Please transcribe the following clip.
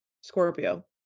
Scorpio